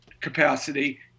capacity